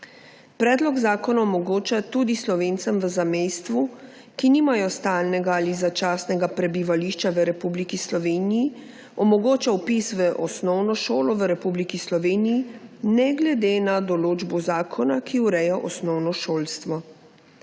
Predlog zakona omogoča tudi Slovencem v zamejstvu, ki nimajo stalnega ali začasnega prebivališča v Republiki Sloveniji, vpis v osnovno šolo v Republiki Sloveniji, ne glede na določbo zakona, ki ureja osnovno šolstvo.